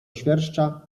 świerszcza